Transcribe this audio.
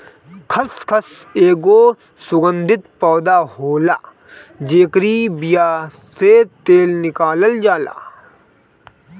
खसखस एगो सुगंधित पौधा होला जेकरी बिया से तेल निकालल जाला